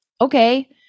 Okay